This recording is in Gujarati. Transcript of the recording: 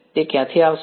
તે ક્યાંથી આવશે